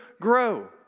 grow